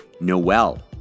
Noel